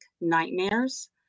nightmares